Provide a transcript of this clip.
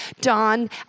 Dawn